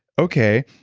okay.